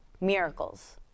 miracles